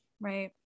Right